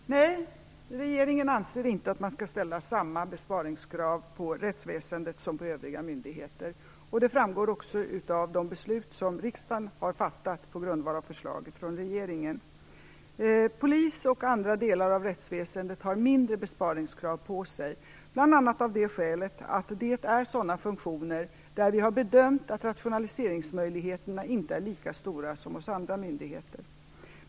Fru talman! Nej, regeringen anser inte att man skall ställa samma besparingskrav på rättsväsendet som på övriga myndigheter, och det framgår också av de beslut som riksdagen har fattat på grundval av förslag från regeringen. Polis och andra delar av rättsväsendet har mindre besparingskrav på sig, bl.a. av det skälet att det är sådana funktioner där vi har bedömt att rationaliseringsmöjligheterna inte är lika stora som hos andra myndigheter.